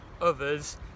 others